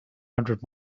hundred